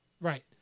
Right